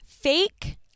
fake